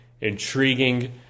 intriguing